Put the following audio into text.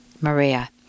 Maria